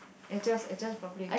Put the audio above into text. adjust adjust properly